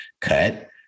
cut